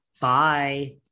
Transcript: Bye